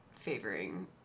favoring